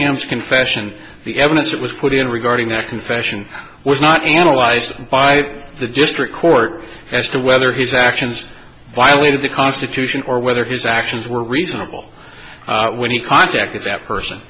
ham's confession the evidence that was put in regarding that confession was not analyzed by the district court as to whether his actions by if the constitution or whether his actions were reasonable when he contacted that person